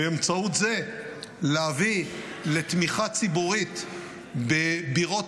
ובאמצעות זה להביא לתמיכה ציבורית בבירות